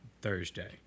Thursday